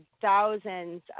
thousands